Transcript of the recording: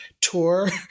Tour